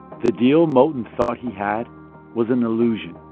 the deal moton thought he had was an illusion,